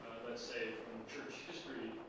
ah let's say, from church history